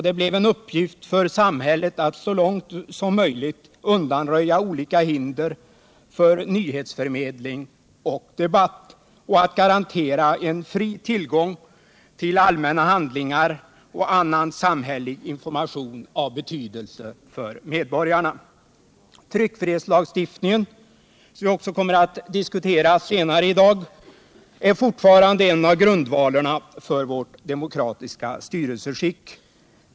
Det blev en uppgift för samhället att så långt möjligt undanröja olika hinder för nyhetsförmedling och debatt och att garantera en fri tillgång till allmänna handlingar och annan samhällelig information av betydelse för medborgarna. Tryckfrihetslagstiftningen — som vi också kommer att diskutera senare i dag — är fortfarande en av grundvalarna för vårt demokratiska styrelseskick.